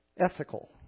ethical